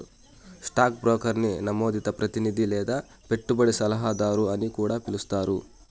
stock బ్రోకర్ని నమోదిత ప్రతినిది లేదా పెట్టుబడి సలహాదారు అని కూడా పిలిస్తారు